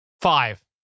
Five